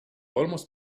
almost